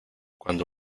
cuando